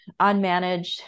unmanaged